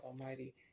Almighty